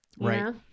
Right